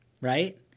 right